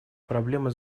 проблема